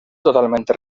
totalmente